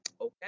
Okay